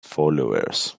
followers